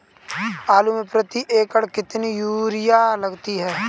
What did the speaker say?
आलू में प्रति एकण कितनी यूरिया लगती है?